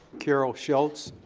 carol schultz.